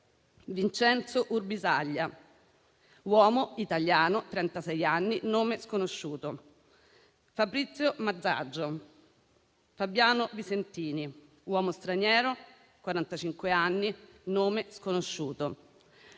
Vincenzo Urbisaglia, uomo italiano di 36 anni (nome sconosciuto), Fabrizio Mazzaggio, Fabiano Visentini, uomo straniero di 45 anni (nome sconosciuto),